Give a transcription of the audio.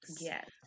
yes